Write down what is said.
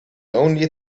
only